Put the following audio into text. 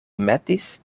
metis